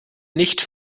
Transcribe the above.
nicht